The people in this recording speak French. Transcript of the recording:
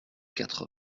quatre